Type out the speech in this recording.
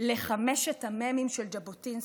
לחמשת המ"מים של ז'בוטינסקי,